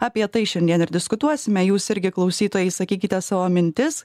apie tai šiandien ir diskutuosime jūs irgi klausytojai išsakykite savo mintis